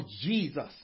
Jesus